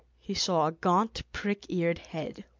he saw a gaunt prick-eared head,